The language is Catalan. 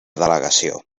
delegació